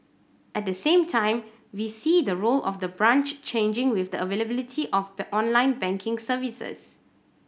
at the same time we see the role of the branch changing with the availability of the online banking services